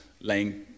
laying